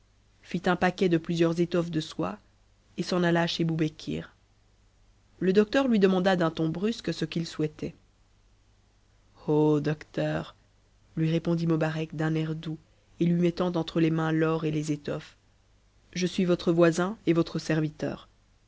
fit un paquet de plusieurs étoues de soie et s'en alla chez boubekir le docteur lui demanda d'un ton brusque ce qu'il souhaitait o docteur lui répond moharec d'un air doux et lui mettant entre es mains l'or et tes étones je suis votre voisin et votre serviteur